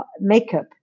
makeup